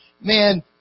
Man